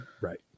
Right